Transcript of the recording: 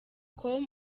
com